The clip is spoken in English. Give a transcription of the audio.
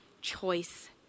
choice